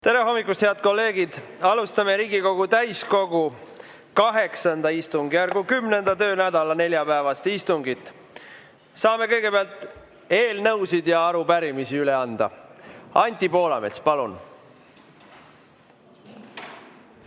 Tere hommikust, head kolleegid! Alustame Riigikogu täiskogu VIII istungjärgu kümnenda töönädala neljapäevast istungit. Saame kõigepealt eelnõusid ja arupärimisi üle anda. Anti Poolamets, palun!